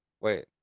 wait